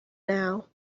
now